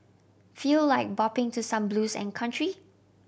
feel like bopping to some blues and country